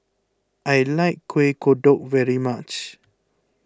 I like Kuih Kodok very much